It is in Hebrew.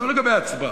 ובזמן, לא לגבי הצבעה,